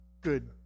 good